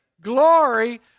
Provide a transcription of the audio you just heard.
glory